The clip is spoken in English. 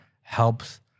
helps